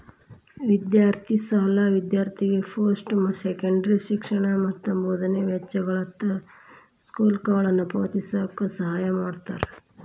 ವಿದ್ಯಾರ್ಥಿ ಸಾಲ ವಿದ್ಯಾರ್ಥಿಗೆ ಪೋಸ್ಟ್ ಸೆಕೆಂಡರಿ ಶಿಕ್ಷಣ ಮತ್ತ ಬೋಧನೆ ವೆಚ್ಚಗಳಂತ ಶುಲ್ಕಗಳನ್ನ ಪಾವತಿಸಕ ಸಹಾಯ ಮಾಡ್ತದ